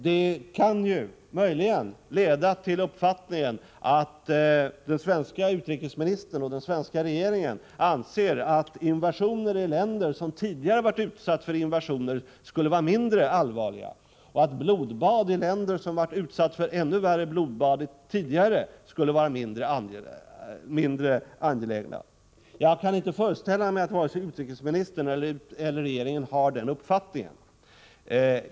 Det kan möjligen leda till uppfattningen att den svenske utrikesministern och den svenska regeringen anser att invasioner i länder som tidigare varit utsatta för invasioner skulle vara mindre allvarliga och att blodbad i länder som varit utsatta för ännu värre blodbad tidigare skulle vara mindre upprörande. Jag kan inte föreställa mig att vare sig utrikesministern eller regeringen har den uppfattningen.